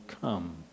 come